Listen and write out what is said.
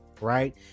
right